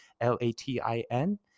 l-a-t-i-n